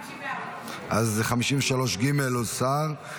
54. 53 ג' הוסרה.